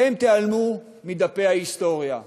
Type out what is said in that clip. אתם תיעלמו מדפי ההיסטוריה.